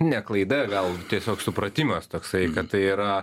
ne klaida gal tiesiog supratimas toksai kad tai yra